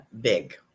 big